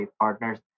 partners